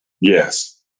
Yes